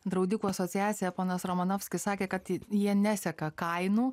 draudikų asociacija ponas romanovskis sakė kad jie neseka kainų